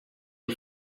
les